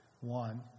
One